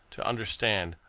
to understand,